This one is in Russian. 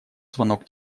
звонок